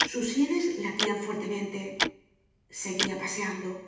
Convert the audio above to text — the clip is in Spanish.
sus sienes latían fuertemente seguia paseando